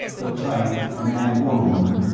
the type, man or woman,